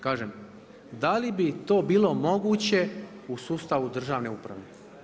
Kažem, da li bi to bilo moguće u sustavu državne uprave?